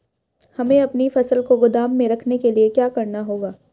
हमें अपनी फसल को गोदाम में रखने के लिये क्या करना होगा?